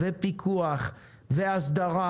פיקוח והסדרה,